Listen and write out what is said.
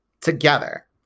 together